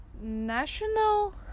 national